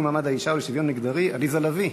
מעמד האישה ולשוויון מגדרי עליזה לביא.